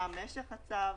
מה משך הצו,